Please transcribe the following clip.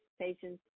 patients